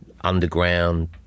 underground